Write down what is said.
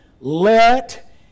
Let